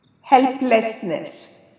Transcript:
Helplessness